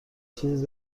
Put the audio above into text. چیزی